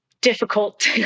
difficult